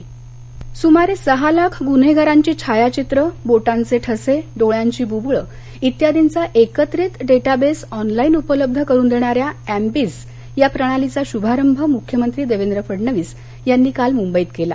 अॅम्बिस सुमारे सहा लाख गुन्हेगारांची छायाधित्र बोटांचे ठसे डोळ्यांची बुबुळ इत्यादींचा एकत्रित डेटाबेस ऑनलाईन उपलब्ध करुन देणाऱ्या एम्बिस या प्रणालीचा शुभारंभ मुख्यमंत्री देवेंद्र फडणवीस यांनी काल मुंबईत केला